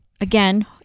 again